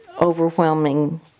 overwhelming